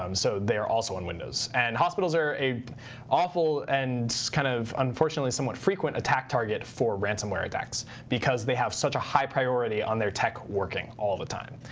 um so they are also on windows. and hospitals are a awful and kind of unfortunately somewhat frequent attack target for ransomware attacks, because they have such a high priority on their tech working all the time.